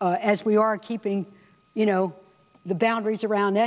as we are keeping the boundaries around